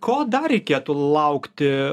ko dar reikėtų laukti